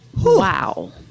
Wow